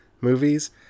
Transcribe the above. movies